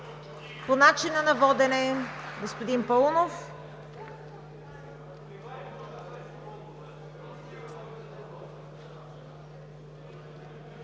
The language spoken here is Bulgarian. По начина на водене – господин Паунов.